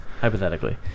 Hypothetically